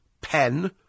pen